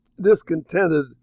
discontented